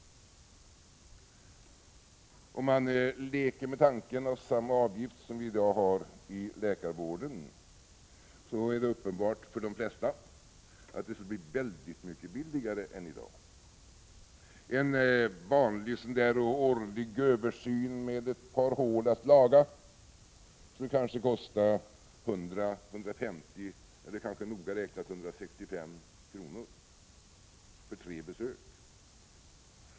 Om man leker med tanken att ha samma avgift som vi i dag har inom läkarvården är det uppenbart för de flesta att det skulle bli väldigt mycket billigare än i dag. En vanlig årlig översyn med ett par hål att laga skulle kanske kosta 100-150 eller kanske noga räknat 165 kr. för tre besök.